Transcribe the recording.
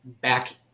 back